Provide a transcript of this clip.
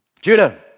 Judah